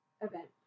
event